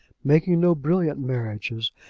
making no brilliant marriages,